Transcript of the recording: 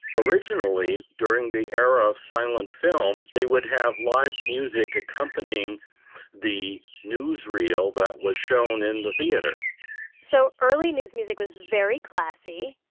originally during the era of silent film they would have live music accompanying the newsreel that was shown in the theater so early news music was very classy.